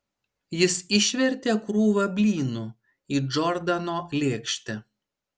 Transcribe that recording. jis išvertė krūvą blynų į džordano lėkštę